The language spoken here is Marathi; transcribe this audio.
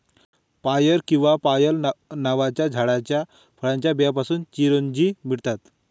पायर किंवा पायल नावाच्या झाडाच्या फळाच्या बियांपासून चिरोंजी मिळतात